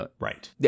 Right